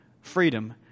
freedom